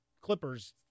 Clippers